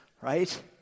right